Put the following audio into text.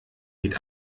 geht